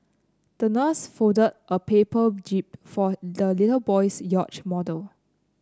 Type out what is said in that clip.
the nurse folded a paper jib for the little boy's yacht model